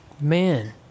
man